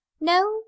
no